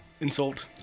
Insult